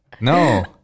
No